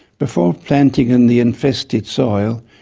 before planting in the infested soil,